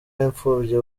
w’imfubyi